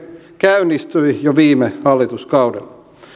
käynnistyi jo viime hallituskaudella